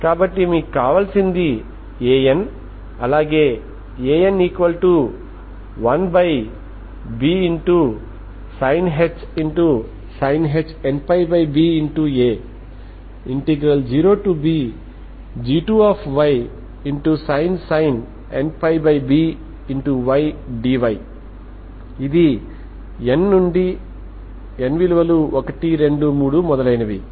కాబట్టి మీకు కావలసింది An అలాగే An1bsinh nπba 0bg2sin nπby dy ఇది n నుండి 1 2 3 మొదలైనవి